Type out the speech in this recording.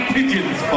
Pigeons